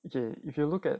okay if you look at